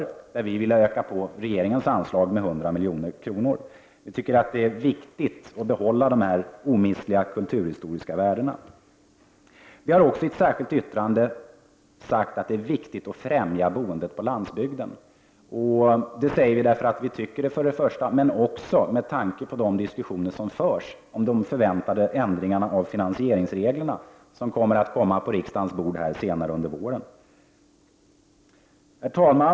I fråga om sådana vill vi öka regeringens anslag med 100 milj.kr. Vi tycker att det är viktigt att behålla dessa omistliga kulturhistoriska värden. Vi har också i ett särskilt yttrande sagt att det är viktigt att främja boendet på landsbygden. Det säger vi dels för att vi tycker det, dels med tanke på de diskussioner som förs om de förväntade ändringarna av finansieringsreglerna som kommer att läggas på riksdagens bord senare under våren. Herr talman!